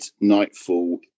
nightfall